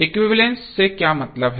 equivalence से क्या मतलब है